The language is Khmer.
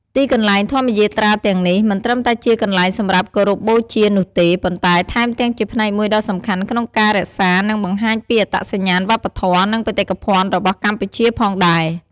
ទីកន្លែងធម្មយាត្រាទាំងនេះ មិនត្រឹមតែជាកន្លែងសម្រាប់គោរពបូជានោះទេ ប៉ុន្តែថែមទាំងជាផ្នែកមួយដ៏សំខាន់ក្នុងការរក្សា និងបង្ហាញពីអត្តសញ្ញាណវប្បធម៌ និងបេតិកភណ្ឌរបស់កម្ពុជាផងដែរ។